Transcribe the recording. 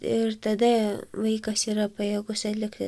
ir tada vaikas yra pajėgus atlikti